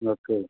okay